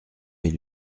mes